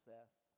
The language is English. Seth